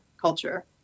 culture